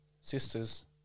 sisters